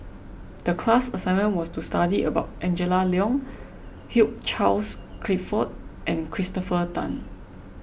the class assignment was to study about Angela Liong Hugh Charles Clifford and Christopher Tan